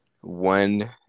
One